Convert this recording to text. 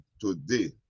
today